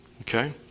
Okay